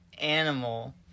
animal